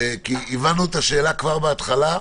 כי הבנו את השאלה שלך כבר בהתחלה.